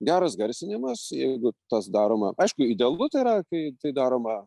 geras garsinimas jeigu tas daroma aišku idealu tai yra kai tai daroma